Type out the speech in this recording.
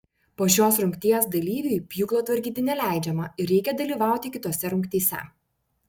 po šios rungties dalyviui pjūklo tvarkyti neleidžiama ir reikia dalyvauti kitose rungtyse